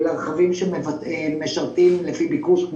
אלא רכבים שמשרתים לפי ביקוש.